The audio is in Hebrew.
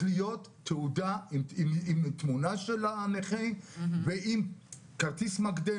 להיות תעודה עם תמונה של הנכה ועם כרטיס מגנטי.